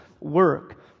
work